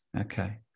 Okay